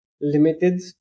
limited